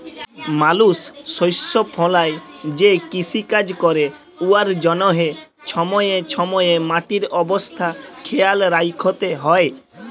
মালুস শস্য ফলাঁয় যে কিষিকাজ ক্যরে উয়ার জ্যনহে ছময়ে ছময়ে মাটির অবস্থা খেয়াল রাইখতে হ্যয়